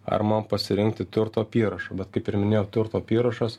ar man pasirinkti turto apyrašą bet kaip ir minėjau turto apyrašas